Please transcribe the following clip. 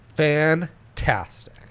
fantastic